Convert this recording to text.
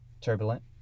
Turbulent